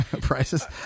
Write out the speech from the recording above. Prices